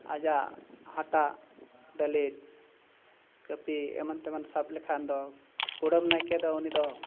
ᱟᱭᱟᱜ ᱦᱟᱴᱟᱜ ᱰᱟᱹᱞᱤᱪ ᱠᱟᱹᱯᱤ ᱮᱢᱟᱱ ᱛᱮᱢᱟᱱ ᱥᱟᱵ ᱞᱮᱠᱷᱟᱱ ᱫᱚ ᱠᱩᱲᱟᱹᱢ ᱱᱟᱭᱠᱮ ᱫᱚ ᱩᱱᱤᱫᱚ